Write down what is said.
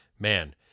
Man